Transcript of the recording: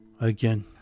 again